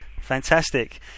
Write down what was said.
Fantastic